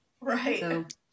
Right